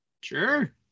Sure